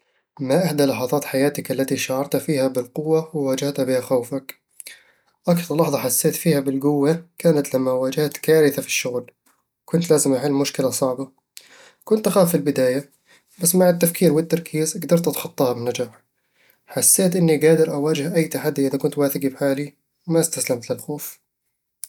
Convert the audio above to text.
ما إحدى لحظات حياتك التي شعرت فيها بالقوة وواجهت بها خوفك؟ أكثر لحظة حسيت فيها بالقوة كانت لما واجهت كارثة في الشغل وكنت لازم أحل مشكلة صعبة كنت أخاف في البداية، بس مع التفكير والتركيز قدرت أتخطاها بنجاح حسيت أني قادر أواجه أي تحدي إذا كنت واثق بحالي وما استسلمت للخوف